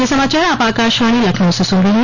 ब्रे क यह समाचार आप आकाशवाणी लखनऊ से सुन रहे हैं